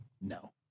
No